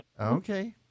Okay